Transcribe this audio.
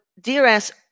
DRS